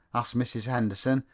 asked mrs. henderson,